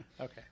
Okay